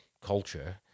culture